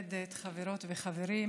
יו"רית מכובדת, חברות וחברים,